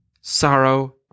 Sorrow